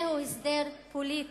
זהו הסדר פוליטי.